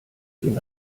den